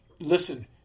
listen